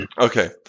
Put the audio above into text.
Okay